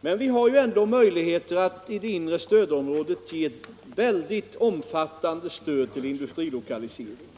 Men vi har ju ändå möjligheter att i det inre stödområdet ge mycket omfattande stöd till industrilokalisering.